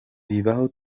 bibaho